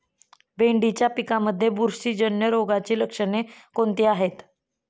भेंडीच्या पिकांमध्ये बुरशीजन्य रोगाची लक्षणे कोणती आहेत?